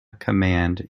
command